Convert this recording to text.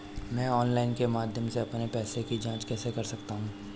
मैं ऑनलाइन के माध्यम से अपने पैसे की जाँच कैसे कर सकता हूँ?